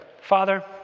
Father